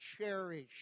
Cherish